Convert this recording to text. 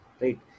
right